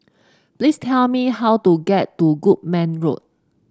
please tell me how to get to Goodman Road